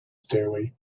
stairway